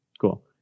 Cool